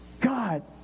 God